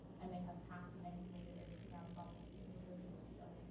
and they have passed, and they have made it into the ensemble, which is a really big deal.